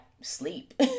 sleep